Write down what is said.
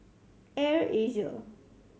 Air Asia